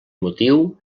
motiu